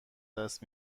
دست